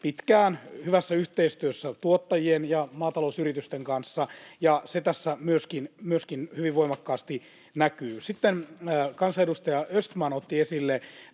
pitkään, hyvässä yhteistyössä tuottajien ja maatalousyritysten kanssa, ja se tässä myöskin hyvin voimakkaasti näkyy. Sitten kansanedustaja Östman otti esille